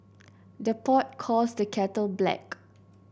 the pot calls the kettle black